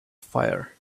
fire